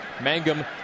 Mangum